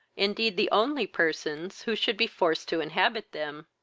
indeed the only persons who should be forced to inhabit them.